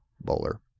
bowler